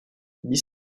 dix